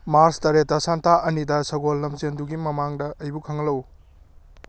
ꯃꯥꯔꯁ ꯇꯔꯦꯠꯇ ꯁꯥꯟꯇꯥ ꯑꯅꯤꯗ ꯁꯒꯣꯜ ꯂꯝꯖꯦꯜꯗꯨꯒꯤ ꯃꯃꯥꯡꯗ ꯑꯩꯕꯨ ꯈꯪꯍꯜꯂꯛꯎ